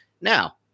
Now